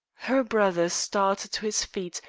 her brother started to his feet,